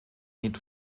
need